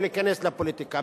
מלהיכנס לפוליטיקה.